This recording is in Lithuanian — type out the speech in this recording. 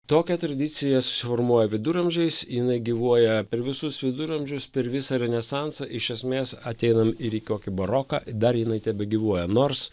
tokia tradicija susiformuoja viduramžiais jinai gyvuoja per visus viduramžius per visą renesansą iš esmės ateinam į kokį baroką dar jinai tebegyvuoja nors